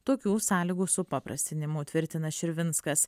tokių sąlygų supaprastinimu tvirtina širvinskas